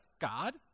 God